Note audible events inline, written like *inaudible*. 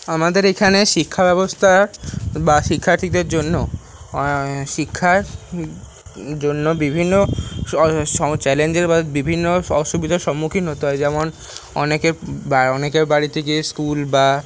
আমাদের এখানে শিক্ষাব্যবস্থা বা শিক্ষার্থীদের জন্য শিক্ষার জন্য বিভিন্ন *unintelligible* চ্যালেঞ্জের বা বিভিন্ন অসুবিধার সম্মুখীন হতে হয় যেমন অনেকের বা অনেকের বাড়ি থেকে স্কুল বা